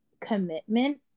commitment